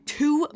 two